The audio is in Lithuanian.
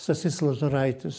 stasys lozoraitis